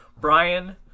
Brian